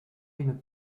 une